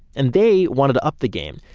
and they wanted to up the game.